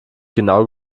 genau